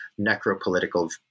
necropolitical